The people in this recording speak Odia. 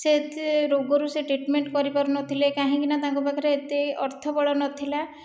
ସେ ରୋଗରୁ ସେ ଟ୍ରିଟ୍ମେଣ୍ଟ କରିପାରୁନଥିଲେ କାହିଁକିନା ତାଙ୍କ ପାଖରେ ଏତେ ଅର୍ଥବଳ ନଥିଲା